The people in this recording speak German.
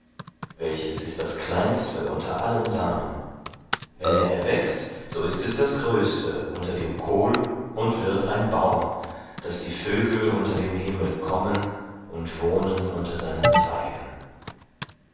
welches ist das kleinste unter allem samen wenn er erwächst so ist es das größte unter dem kohl und wird ein baum daß die vögel unter dem himmel kommen und wohnen unter seinen zweigen